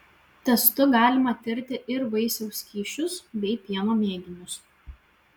testu galima tirti ir vaisiaus skysčius bei pieno mėginius